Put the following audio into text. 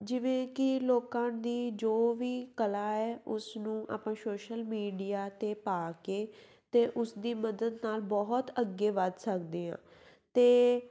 ਜਿਵੇਂ ਕਿ ਲੋਕਾਂ ਦੀ ਜੋ ਵੀ ਕਲਾ ਹੈ ਉਸ ਨੂੰ ਆਪਾਂ ਸ਼ੋਸ਼ਲ ਮੀਡੀਆ 'ਤੇ ਪਾ ਕੇ ਅਤੇ ਉਸਦੀ ਮਦਦ ਨਾਲ ਬਹੁਤ ਅੱਗੇ ਵੱਧ ਸਕਦੇ ਹਾਂ ਅਤੇ